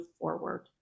forward